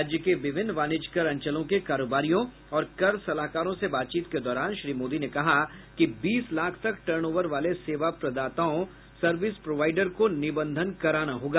राज्य के विभिन्न वाणिज्यकर अंचलों के कारोबारियों और कर सलाहकारों से बातचीत के दौरान श्री मोदी ने कहा कि बीस लाख तक टर्नओवर वाले सेवा प्रदाताओं सर्विस प्रोवाडर को निबंधन कराना होगा